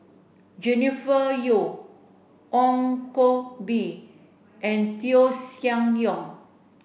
Jennifer Yeo Ong Koh Bee and Koeh Sia Yong